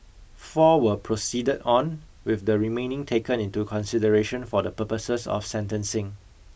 four were proceeded on with the remaining taken into consideration for the purposes of sentencing